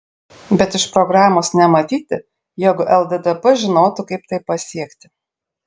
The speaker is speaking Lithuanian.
bet iš programos nematyti jog lddp žinotų kaip tai pasiekti